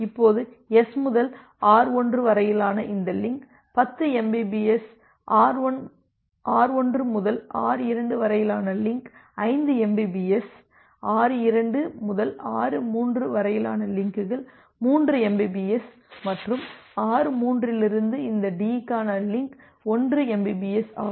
இப்போது S முதல் R1 வரையிலான இந்த லிங்க் 10 mbps R1 முதல் R2 வரையிலான லிங்க் 5 mbps R2 முதல் R3 வரையிலான லிங்க்கள்3 mbps மற்றும் R3 இலிருந்து இந்த D க்கான லிங்க் 1 mbps ஆகும்